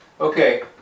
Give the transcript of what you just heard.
Okay